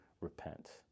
repent